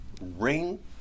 ring